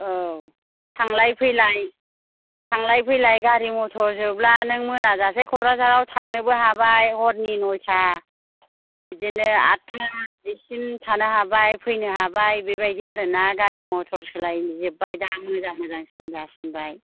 औ थांलाय फैलाय थांलाय फैलाय गारि मथर जोब्ला नों मोना जासे क'क्राझाराव थांनोबो हाबाय हरनि नयथा बिदिनो आदथा सिम थानो हाबाय फैनो हाबाय बेबादि आरोना गारि मथर सोलायजोब्बाय दा मोजां मोजांसिन जासिननाय